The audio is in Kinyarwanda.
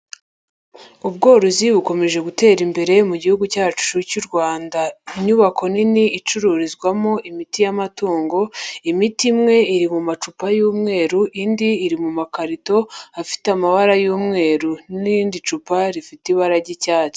Ubworozi bukomeje gutera imbere mu gihugu cyacu cy'u Rwanda. Inyubako nini icururizwamo imiti y'amatungo, imiti imwe iri mu macupa y'umweru, indi iri mu makarito afite amabara y'umweru n'irindi cupa rifite ibara ry'icyatsi.